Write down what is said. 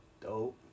dope